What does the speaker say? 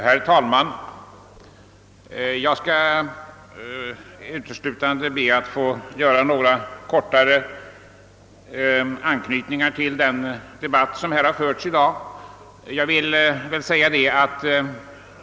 Herr talman! Jag tänkte uteslutande göra några korta reflexioner i anslutning till den debatt som förts i dag.